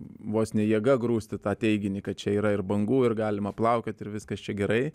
vos ne jėga grūsti tą teiginį kad čia yra ir bangų ir galima plaukioti ir viskas čia gerai